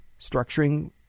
structuring